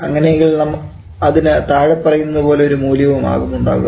അങ്ങനെയെങ്കിൽ അതിന് താഴെ പറയുന്നതുപോലെ ഒരു മൂല്യം ആവും ഉണ്ടാവുക